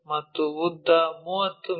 ಮತ್ತು ಉದ್ದ 30 ಮಿ